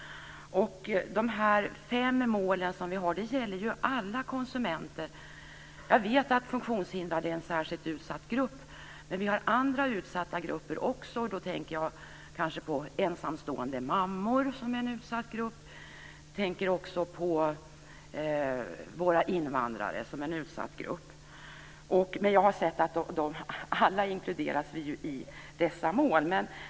De fem mål som vi har gäller ju alla konsumenter. Jag vet att funktionshindrade är en särskilt utsatt grupp, men vi har andra utsatta grupper också. Då tänker jag kanske på ensamstående mammor, som är en utsatt grupp. Jag tänker också på våra invandrare, som är en utsatt grupp. Jag har sett att alla inkluderas i dessa mål.